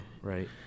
Right